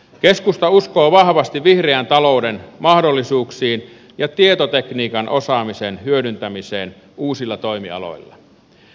keskusta uskoo vahvasti vihreän talouden mahdollisuuksiin ja tietotekniikan osaamisen hyödyntämiseen uusilla toimialoilla